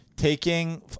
taking